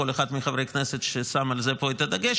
כל אחד מחברי הכנסת ששם על זה את הדגש,